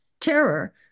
terror